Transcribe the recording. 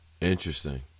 Interesting